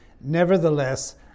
Nevertheless